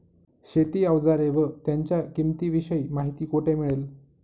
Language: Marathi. शेती औजारे व त्यांच्या किंमतीविषयी माहिती कोठे मिळेल?